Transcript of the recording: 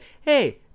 hey